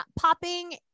popping